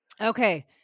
Okay